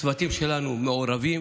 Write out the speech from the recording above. הצוותים שלנו מעורבים,